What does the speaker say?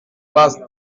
vaste